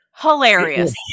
Hilarious